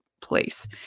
place